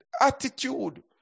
Attitude